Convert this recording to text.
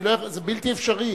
זה בלתי אפשרי.